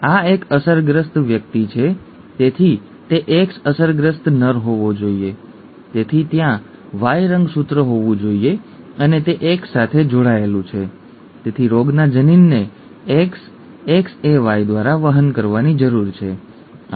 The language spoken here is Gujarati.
આ એક અસરગ્રસ્ત વ્યક્તિ છે તેથી તે X અસરગ્રસ્ત નર હોવો જોઈએ તેથી ત્યાં Y રંગસૂત્ર હોવું જોઈએ અને તે X સાથે જોડાયેલું છે તેથી રોગના જનીનને X XaY દ્વારા વહન કરવાની જરૂર છે